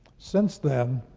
since then,